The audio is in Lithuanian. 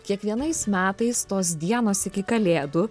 kiekvienais metais tos dienos iki kalėdų